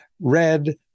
red